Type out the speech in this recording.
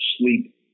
sleep